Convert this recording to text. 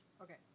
Okay